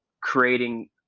creating